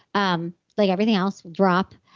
um like everything else, will drop.